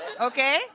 Okay